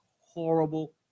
horrible